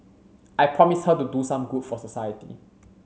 I promised her to do some good for society